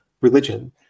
religion